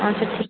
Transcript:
আচ্ছা ঠিক